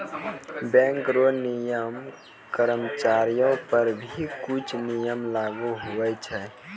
bank रो नियम कर्मचारीयो पर भी कुछु नियम लागू हुवै छै